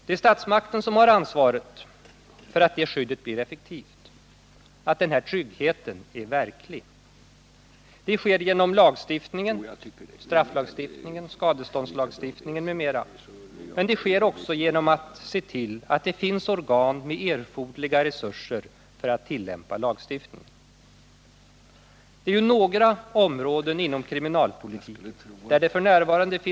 Det är statsmakten som har ansvaret för att detta skydd blir effektivt, att denna trygghet blir verklig. Det sker genom lagstiftningen — strafflagstiftningen, skadeståndslagstiftningen m.m. — men det sker också genom att vi ser till att det finns organ med erforderliga resurser för att tillämpa lagstiftningen.